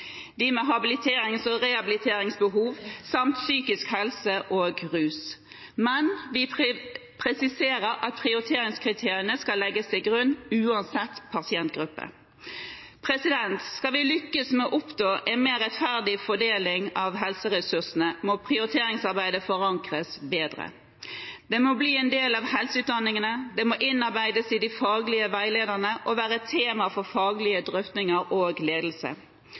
de med habiliterings- og rehabiliteringsbehov, samt psykisk helse og rus, men vi presiserer at prioriteringskriteriene skal legges til grunn uansett pasientgruppe. Skal vi lykkes med å oppnå en mer rettferdig fordeling av helseressursene, må prioriteringsarbeidet forankres bedre. Det må bli en del av helseutdanningene, det må innarbeides i de faglige veilederne og være tema for faglige drøftinger og ledelse.